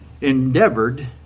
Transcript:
endeavored